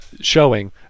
showing